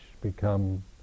become